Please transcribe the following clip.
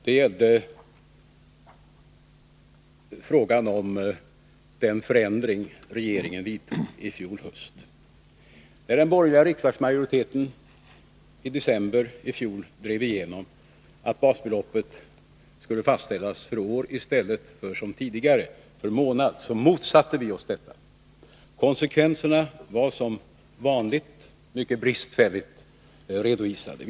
Det gäller den förändring regeringen vidtog i fjol höst. När den borgerliga riksdagsmajoriteten i december i fjol drev igenom att basbeloppet skulle fastställas för år i stället för som tidigare för månad, motsatte vi oss detta. Konsekvenserna var som vanligt mycket bristfälligt redovisade.